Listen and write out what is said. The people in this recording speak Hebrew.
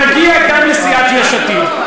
נגיע גם לסיעת יש עתיד.